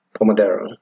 Pomodoro